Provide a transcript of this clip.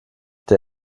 der